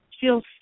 feels